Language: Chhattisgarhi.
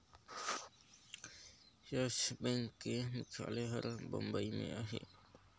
यस बेंक के मुख्यालय हर बंबई में अहे